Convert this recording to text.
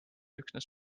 üksnes